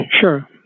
Sure